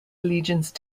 allegiance